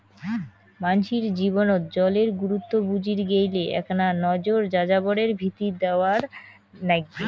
মানষির জীবনত জলের গুরুত্ব বুজির গেইলে এ্যাকনা নজর যাযাবরের ভিতি দ্যাওয়ার নাইগবে